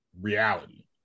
reality